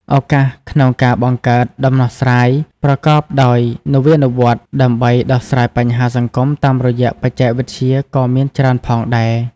ឱកាសក្នុងការបង្កើតដំណោះស្រាយប្រកបដោយនវានុវត្តន៍ដើម្បីដោះស្រាយបញ្ហាសង្គមតាមរយៈបច្ចេកវិទ្យាក៏មានច្រើនផងដែរ ។